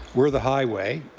were the highway